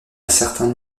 certains